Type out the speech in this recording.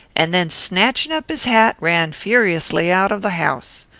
and then, snatching up his hat, ran furiously out of the house.